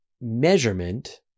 measurement